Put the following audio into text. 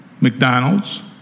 McDonald's